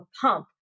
pump